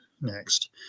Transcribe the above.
next